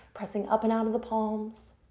pressing up and out of the palms.